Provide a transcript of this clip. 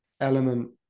element